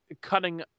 cutting